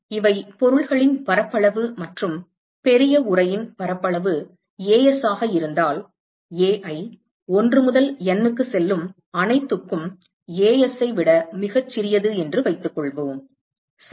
இவை பொருள்களின் பரப்பளவு மற்றும் பெரிய உறையின் பரப்பளவு As ஆக இருந்தால் Ai 1 முதல் N க்கு செல்லும் அனைத்துக்கும் As ஐ விட மிகச் சிறியது என்று வைத்துக்கொள்வோம் சரி